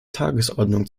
tagesordnung